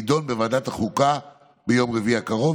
יידון בוועדת החוקה ביום רביעי הקרוב,